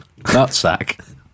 nutsack